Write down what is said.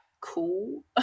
cool